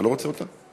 אתה לא רוצה אותה?